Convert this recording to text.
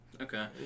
Okay